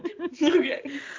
Okay